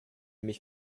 mich